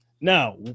Now